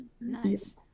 Nice